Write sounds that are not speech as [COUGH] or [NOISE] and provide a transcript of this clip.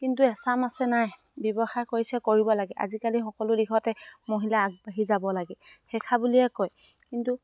কিন্তু এচাম আছে নাই ব্যৱসায় কৰিছে কৰিব লাগে আজিকালি সকলো দিশতে মহিলা আগবাঢ়ি যাব লাগে [UNINTELLIGIBLE] বুলিয়ে কয় কিন্তু